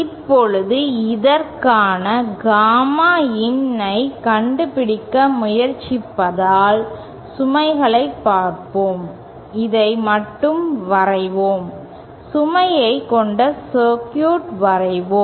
இப்போது இதற்காக gamma in ஐ கண்டுபிடிக்க முயற்சிப்பதால் சுமைகளைப் பார்ப்போம் இதை மட்டும் வரைவோம் சுமையை கொண்ட சர்க்யூட் வரைவோம்